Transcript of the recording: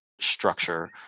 structure